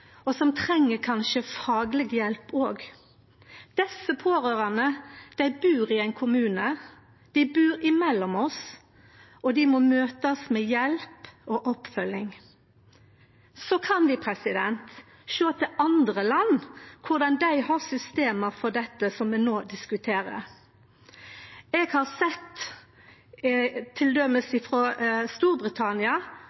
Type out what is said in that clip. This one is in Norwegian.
og som kanskje òg treng fagleg hjelp. Desse pårørande bur i ein kommune, dei bur mellom oss, og dei må møtast med hjelp og oppfølging. Så kan vi sjå til andre land og korleis dei har system for dette som vi no diskuterer. Eg har t.d. frå Storbritannia sett